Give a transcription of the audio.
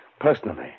personally